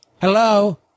Hello